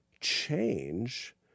change